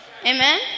Amen